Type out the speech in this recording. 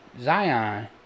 Zion